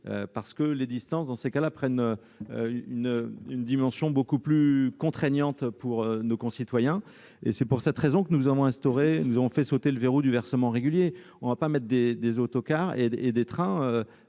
cas-là, les distances ont une dimension beaucoup plus contraignante pour nos concitoyens. C'est pour cette raison que nous avons fait sauter le verrou du versement régulier. On ne va pas mettre des autocars et des trains